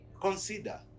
consider